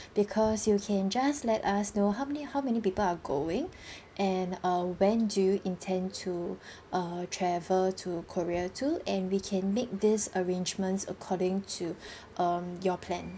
because you can just let us know how many how many people are going and uh when do you intend to uh travel to korea too and we can make this arrangements according to um your plan